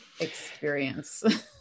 experience